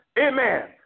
Amen